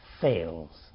fails